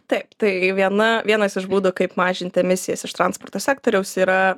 taip tai viena vienas iš būdų kaip mažinti emisijas iš transporto sektoriaus yra